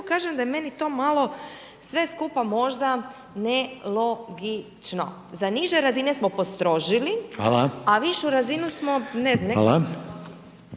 kažem da je meni to malo sve skupa možda nelogično. Za niže razine smo postrožili…/Upadica: Hvala/…, a višu razinu smo, ne znam …/Upadica: